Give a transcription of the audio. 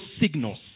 signals